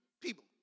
people